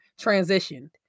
transitioned